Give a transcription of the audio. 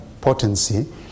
potency